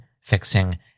fixing